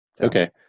Okay